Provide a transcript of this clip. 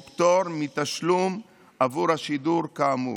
ופטור מתשלום עבור השידור כאמור.